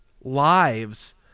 lives